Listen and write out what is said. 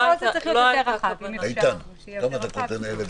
אנחנו נתאים את הניסוח.